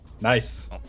Nice